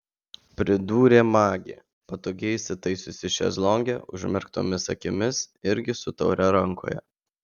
pridūrė magė patogiai įsitaisiusi šezlonge užmerktomis akimis irgi su taure rankoje